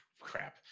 crap